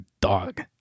dog